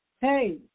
Hey